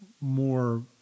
more